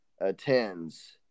attends